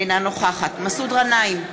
אינה נוכחת מסעוד גנאים,